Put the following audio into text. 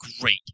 great